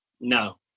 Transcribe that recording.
No